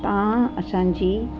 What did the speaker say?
तव्हां असांजी